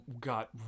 got